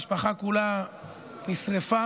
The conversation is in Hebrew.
המשפחה כולה נשרפה.